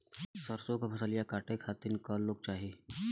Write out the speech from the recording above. सरसो के फसलिया कांटे खातिन क लोग चाहिए?